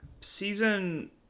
season